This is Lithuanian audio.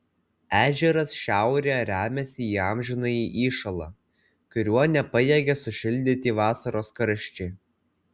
ežeras šiaurėje remiasi į amžinąjį įšąlą kurio nepajėgia sušildyti vasaros karščiai